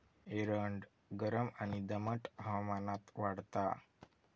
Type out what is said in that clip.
एरंड गरम आणि दमट हवामानात वाढता